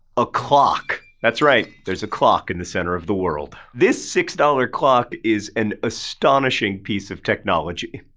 a clock. that's right, there's a clock in the center of the world. this six dollar clock is an astonishing piece of technology.